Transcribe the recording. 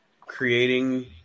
creating